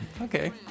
okay